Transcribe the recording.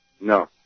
No